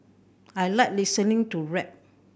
I like listening to rap